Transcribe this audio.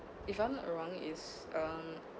if I'm not wrong is um